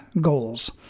goals